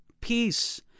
peace